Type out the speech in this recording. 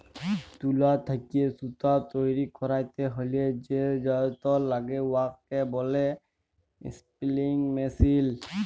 তুলা থ্যাইকে সুতা তৈরি ক্যইরতে হ্যলে যে যল্তর ল্যাগে উয়াকে ব্যলে ইস্পিলিং মেশীল